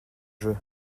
jeux